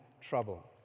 trouble